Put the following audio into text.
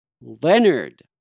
Leonard